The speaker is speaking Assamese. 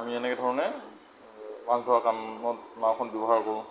আমি এনেকে ধৰণে মাছ ধৰা কামত নাওখন ব্যৱহাৰ কৰোঁ